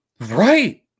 right